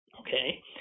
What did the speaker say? okay